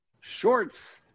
shorts